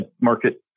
market